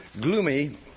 gloomy